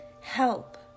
Help